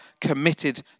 committed